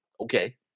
okay